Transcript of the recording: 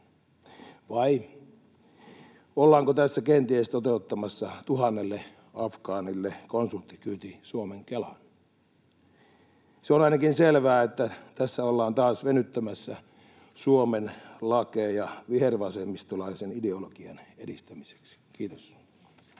Vai ollaanko tässä kenties toteuttamassa tuhannelle afgaanille konsulikyyti Suomen Kelaan? Se on ainakin selvää, että tässä ollaan taas venyttämässä Suomen lakeja vihervasemmistolaisen ideologian edistämiseksi. — Kiitos.